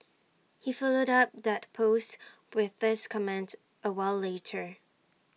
he followed up that post with this comment A while later